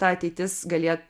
ta ateitis galėt